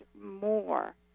more